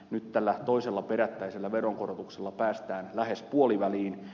nyt tällä toisella perättäisellä veronkorotuksella päästään lähes puoliväliin